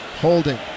holding